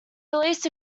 released